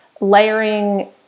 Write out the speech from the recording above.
layering